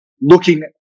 looking